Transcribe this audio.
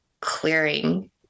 clearing